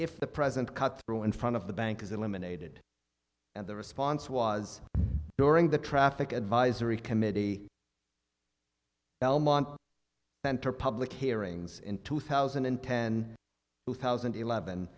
if the president cut through in front of the bank is eliminated and the response was during the traffic advisory committee belmont center public hearings in two thousand and ten two thousand and eleven